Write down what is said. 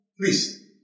please